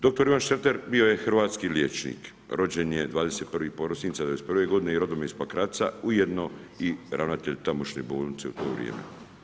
Dr. Ivan Šreter bio je hrvatski liječnik, rođen je 21. prosinca '51. godine i rodom je iz Pakraca, ujedno i ravnatelj tamošnje bolnice u to vrijeme.